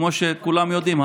כמו שכולם יודעים,